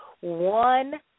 one